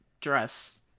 dress